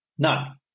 None